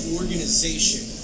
organization